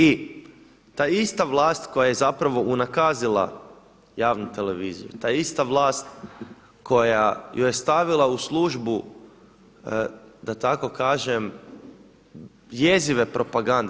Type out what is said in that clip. I ta ista vlast koja je zapravo unakazila javnu televiziju, ta ista vlast koja ju je stavila u službu da tako kažem jezive propagande.